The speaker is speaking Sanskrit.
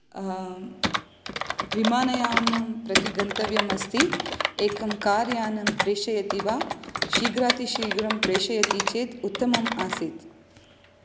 विमानयानं प्रति गन्तव्यमस्ति एकं कार् यानं प्रेषयति वा शीघ्रातिशीघ्रं प्रेषयति चेत् उत्तमं आसीत्